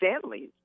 families